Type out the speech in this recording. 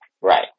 Right